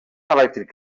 elèctric